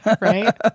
right